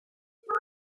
zero